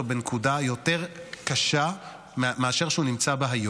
בנקודה יותר קשה מאשר הוא נמצא בה היום.